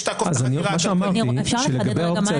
אז גם עלו חששות לגבי יישום הדבר הזה והוועדה